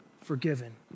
forgiven